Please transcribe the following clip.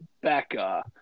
Becca